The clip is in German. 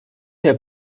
der